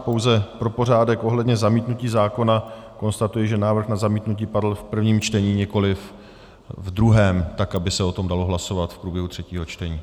Pouze pro pořádek ohledně zamítnutí zákona konstatuji, že návrh na zamítnutí padl v prvním čtení, nikoliv v druhém, tak aby se o tom dalo hlasovat v průběhu třetího čtení.